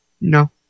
No